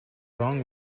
wrong